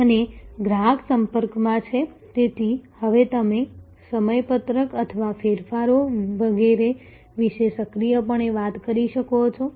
અને ગ્રાહક સંપર્કમાં છે તેથી હવે તમે સમયપત્રક અથવા ફેરફારો વગેરે વિશે સક્રિયપણે વાત કરી શકો છો